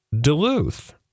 Duluth